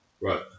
Right